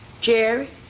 Jerry